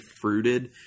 fruited